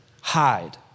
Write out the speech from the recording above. hide